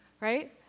right